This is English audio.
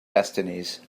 destinies